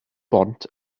bont